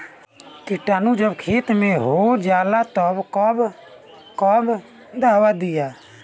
किटानु जब खेत मे होजाला तब कब कब दावा दिया?